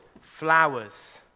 flowers